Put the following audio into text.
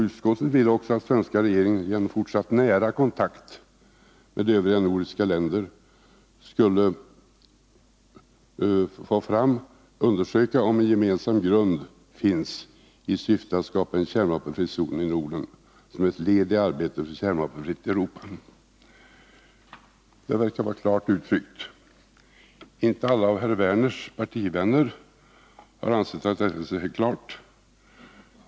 Utskottet ville också att den svenska regeringen genom fortsatt nära kontakt med övriga nordiska länder skulle undersöka om en gemensam grund finns i syfte att skapa en kärnvapenfri zon i Norden som ett led i arbetet för ett kärnvapenfritt Europa. Det verkar vara klart uttryckt. Inte alla av herr Werners partivänner har ansett att detta är särskilt klart.